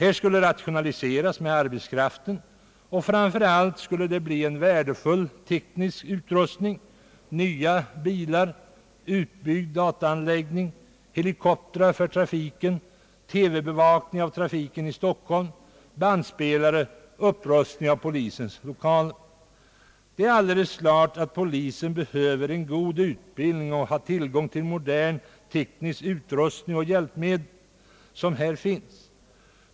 Arbetskraftens användning skulle rationaliseras, och framför allt skulle man få en värdefull teknisk utrustning, nya bilar, utbyggd dataanläggning, helikoptrar för trafikbevakning på vägarna och TV för bevakning av trafiken i Stockholm, bandspelare, upprustning av polisens lokaler. Det är alldeles klart att polisen behöver en god utbildning och skall ha tillgång till den moderna tekniska utrustningen och hjälpmedel av olika slag.